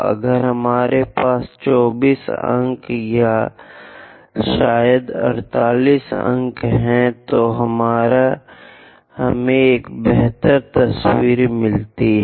अगर हमारे पास 24 अंक या शायद 48 अंक हैं तो हमें एक बेहतर तस्वीर मिलती है